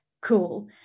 cool